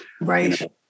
right